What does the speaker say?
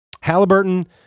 Halliburton